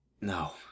No